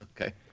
Okay